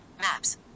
Maps